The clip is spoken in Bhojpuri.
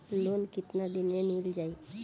लोन कितना दिन में मिल जाई?